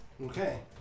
Okay